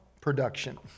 production